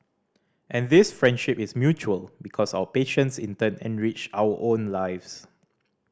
and this friendship is mutual because our patients in turn enrich our own lives